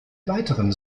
weiteren